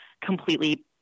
completely